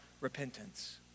repentance